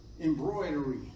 embroidery